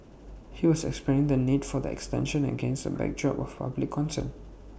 he was explaining the need for the extension against A backdrop of public concern